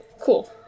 cool